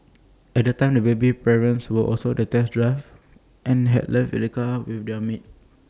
at the time the baby's parents were on A test drive and had left the car keys with their maid